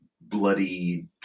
bloody